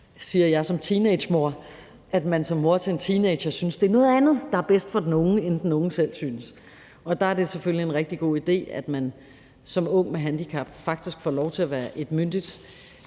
siger jeg som teenagermor – at man som mor til en teenager synes, det er noget andet, der er bedst for den unge, end den unge selv synes. Der er det selvfølgelig en rigtig god idé, at man som ung med handicap faktisk får lov til at være et myndigt